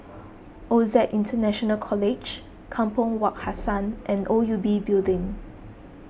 Osac International College Kampong Wak Hassan and O U B Building